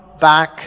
back